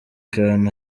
kantu